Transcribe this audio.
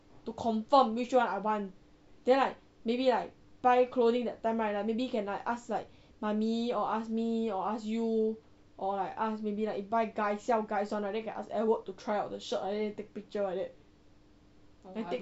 to confirm which one I want then like maybe like buy clothing that time right maybe can like ask like mummy or ask me or ask you or like ask maybe if like buy guys sell guys [one] right then can ask edward to try out the shirt then take picture like that